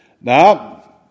Now